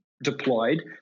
deployed